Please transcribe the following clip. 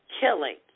killing